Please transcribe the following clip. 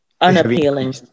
Unappealing